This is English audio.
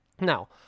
Now